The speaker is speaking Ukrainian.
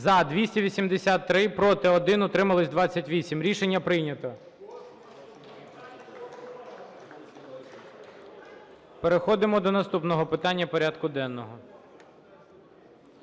За – 283, проти – 1, утримались – 28. Рішення прийнято. Переходимо до наступного питання порядку денного.